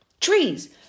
trees